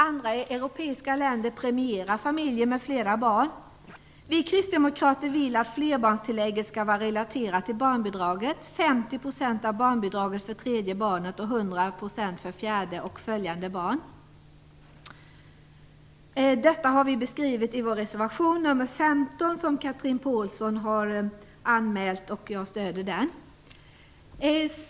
Andra europeiska länder premierar familjer med flera barn. Vi kristdemokrater vill att flerbarnstillägget skall vara relaterat till barnbidraget. Det skall vara 50 % av barnbidraget för det tredje barnet och 100 % för det fjärde barnet och följande barn. Detta har vi beskrivit i reservation nr 15 av Chatrine Pålsson. Jag stöder den. Fru talman!